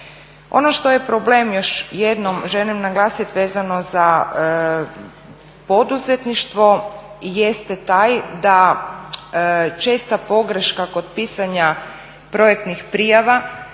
Ono što je problem, još jednom želim naglasiti, vezano za poduzetništvo jeste taj da česta pogreška kod pisanja projektnih prijava